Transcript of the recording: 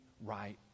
right